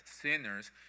sinners